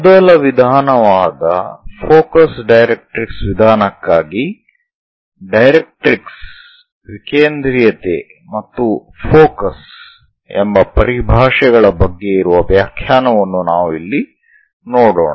ಮೊದಲ ವಿಧಾನವಾದ focus directrix ವಿಧಾನಕ್ಕಾಗಿ ಡೈರೆಕ್ಟ್ರಿಕ್ಸ್ ವಿಕೇಂದ್ರೀಯತೆ ಮತ್ತು ಫೋಕಸ್ ಎಂಬ ಪರಿಭಾಷೆಗಳ ಬಗ್ಗೆ ಇರುವ ವ್ಯಾಖ್ಯಾನವನ್ನು ನಾವು ಇಲ್ಲಿ ನೋಡೋಣ